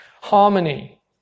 harmony